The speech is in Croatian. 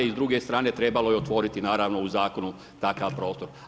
I s druge strane trebalo je otvoriti naravno u zakonu takav prostor.